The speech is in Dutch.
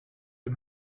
een